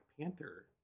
Panther